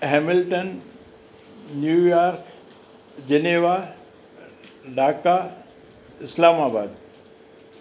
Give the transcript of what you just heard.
Hamilton New York Geneva Dhaka Islamabad